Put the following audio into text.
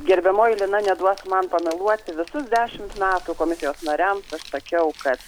gerbiamoji lina neduos man pameluoti visus dešimt metų komisijos nariams aš sakiau kad